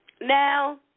now